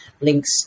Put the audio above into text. links